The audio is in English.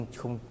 không